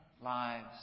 lives